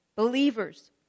Believers